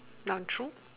not true